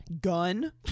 Gun